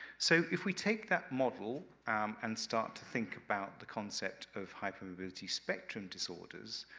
so, if we take that model and start to think about the concept of hypermobility spectrum disorders,